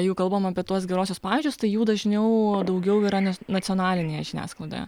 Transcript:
jeigu kalbam apie tuos geruosius pavyzdžius tai jų dažniau daugiau yra nacionalinėje žiniasklaidoje